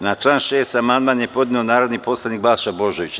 Na član 6. amandman je podneo narodni poslanik Balša Božović.